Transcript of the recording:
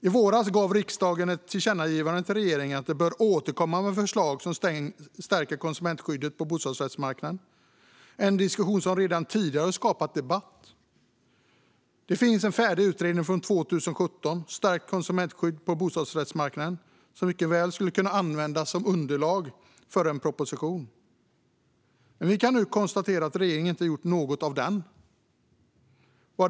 I våras lämnade riksdagen ett tillkännagivande till regeringen om att den bör återkomma med förslag som stärker konsumentskyddet på bostadsrättsmarknaden. Det är en diskussion som redan tidigare har skapat debatt. Det finns en färdig utredning från 2017, Stärkt konsumentskydd på bostadsrättsmarknaden , som mycket väl skulle kunna användas som underlag för en proposition. Vi kan nu konstatera att regeringen inte har gjort något ur utredningen.